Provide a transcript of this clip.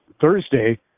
Thursday